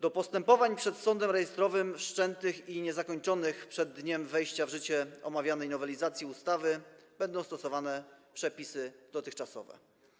Do postępowań przed sądem rejestrowym wszczętych i niezakończonych przed dniem wejścia w życie omawianej nowelizacji ustawy będą stosowane przepisy dotychczasowe.